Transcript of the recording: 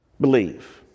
believe